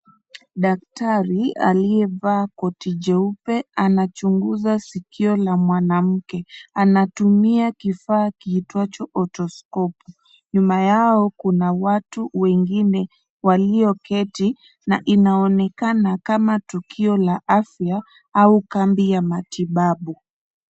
Daktari aliyevaa koti jeupe anachunguza sikio la mwanamke. Anatumia kifaa kiitwacho otoskopu. Nyuma yao kuna watu wengune walioketi na inaonekana kama tukio la afya au kambi ya matibabu.